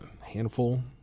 handful